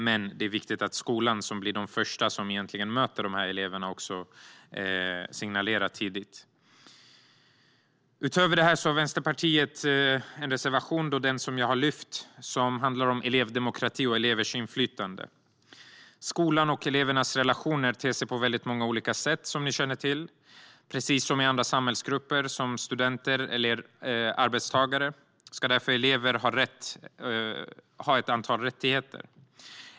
Men det är viktigt att skolan, som är först att möta dessa elever, signalerar tidigt. Utöver detta har Vänsterpartiet en reservation, som jag har lyft, som handlar om elevdemokrati och elevers inflytande. Skolans och elevernas relationer ser, som ni känner till, ut på många olika sätt. Precis som andra samhällsgrupper, som studenter eller arbetstagare, ska elever därför ha ett antal rättigheter.